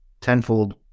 tenfold